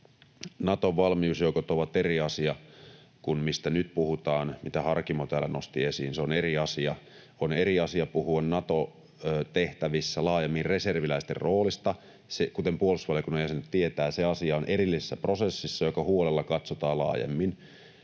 Naton valmiusjoukot ovat eri asia kuin se, mistä nyt puhutaan, mitä Harkimo täällä nosti esiin, se on eri asia. On eri asia puhua Nato-tehtävissä laajemmin reserviläisten roolista. Kuten puolustusvaliokunnan jäsenet tietävät, se asia on erillisessä prosessissa, joka huolella katsotaan laajemmin.